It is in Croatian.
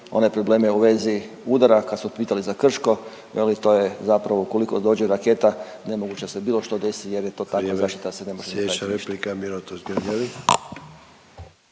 one probleme u vezi udara, kad su pitali za Krško, veli, to je zapravo, ukoliko dođe raketa, nemoguće je da se bilo što desi jer je to takva zaštita … .../Upadica: